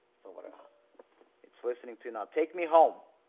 so but it's listening to now take me home.